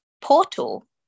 portal